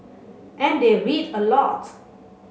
and they read a lot